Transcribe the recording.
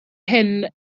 hyn